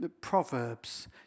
Proverbs